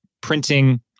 printing